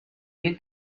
you